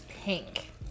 pink